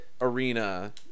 Arena